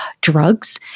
drugs